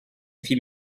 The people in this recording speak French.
fit